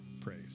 praise